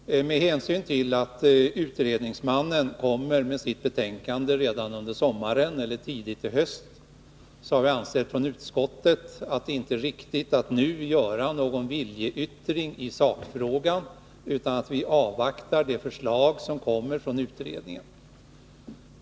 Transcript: Herr talman! Jag vill bara till Lars Ahlmark lämna ett par faktaupplysningar. Med hänsyn till att utredningsmannen kommer med sitt betänkande redan under sommaren eller tidigt i höst har vi från utskottet ansett att det inte är riktigt att nu framföra någon viljeyttring i sakfrågan, utan vi avvaktar de förslag som kommer från utredningen.